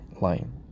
line